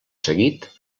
seguit